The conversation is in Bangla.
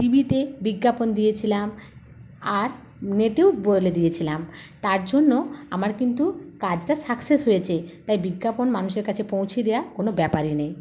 টিভিতে বিজ্ঞাপন দিয়েছিলাম আর নেটেও বলে দিয়েছিলাম তার জন্য আমার কিন্তু কাজটা সাক্সেস হয়েছে তাই বিজ্ঞাপন মানুষের কাছে পৌঁছে দেওয়া কোনো ব্যাপারই নয়